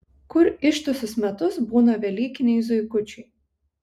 kur ištisus metus būna velykiniai zuikučiai